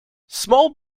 small